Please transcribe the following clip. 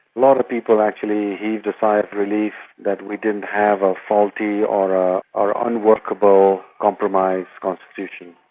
lot of people actually heaved a sigh of relief that we didn't have a faulty or ah or unworkable compromise constitution.